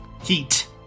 Heat